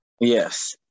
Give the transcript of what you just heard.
Yes